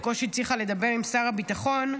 בקושי הצליחה לדבר עם שר הביטחון,